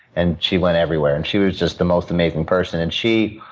and she went everywhere, and she was just the most amazing person. and she